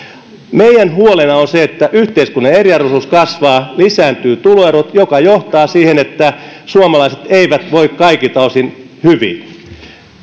meidän huolenamme on se että yhteiskunnallinen eriarvoisuus kasvaa ja tuloerot lisääntyvät mikä johtaa siihen että suomalaiset eivät voi kaikilta osin hyvin